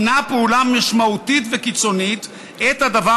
היא פעולה משמעותית וקיצונית עת הדבר